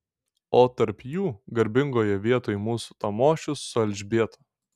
o tarp jų garbingoje vietoj mūsų tamošius su elzbieta